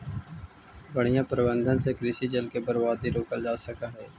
बढ़ियां प्रबंधन से कृषि जल के बर्बादी रोकल जा सकऽ हई